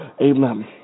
Amen